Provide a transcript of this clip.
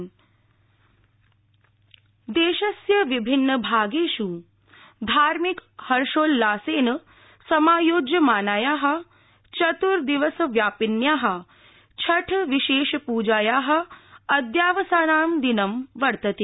छठपर्व देशस्य विभिन्न भागेष् धार्मिक हर्षोल्लासेन समायोज्यमनाया चतुर्दिवस व्यापिन्या छठ विशेष प्जाया अद्यावसानदिनं वर्तते